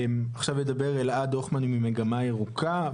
עכשיו ידבר אלעד הוכמן ממגמה ירוקה,